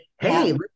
Hey